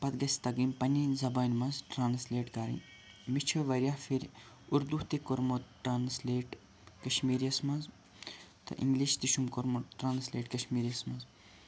پتہٕ گَژھِ تَگٕنۍ پَننہِ زَبانہِ منٛز ٹرٛانسلیٹ کرٕنۍ مےٚ چھِ واریاہ پھرِ اردوٗ تہِ کوٚرمُت ٹرٛانسلیٹ کَشمیٖرِیَس منٛز تہٕ اِنٛگلِش تہِ چھُم کوٚرمُت ٹرٛانسلیٹ کَشمیٖری یَس منٛز